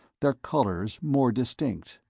their colors more distinct.